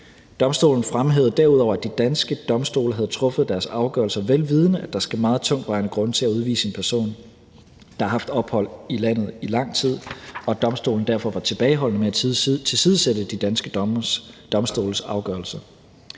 Domstolen fremhævede derudover, at de danske domstole havde truffet deres afgørelser, vel vidende at der skal meget tungtvejende grunde til at udvise en person, der har haft ophold i landet i lang tid, og domstolen var derfor tilbageholdende med at tilsidesætte de danske domstoles afgørelser.